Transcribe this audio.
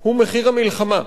הוא מחיר המלחמה.